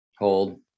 Hold